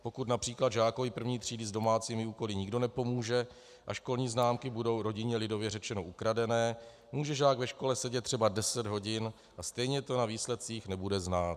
Pokud například žákovi první třídy s domácími úkoly nikdo nepomůže a školní známky budou rodině lidově řečeno ukradené, může žák ve škole sedět třeba deset hodin a stejně to na výsledcích nebude znát.